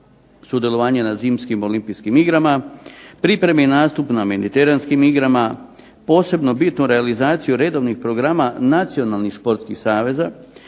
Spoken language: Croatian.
sudjelovanje na Zimskim olimpijskim igrama, pripreme i nastup na Mediteranskim igrama, posebno bitnu realizaciju redovnih programa nacionalnih športskih saveza,